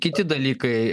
kiti dalykai